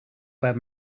about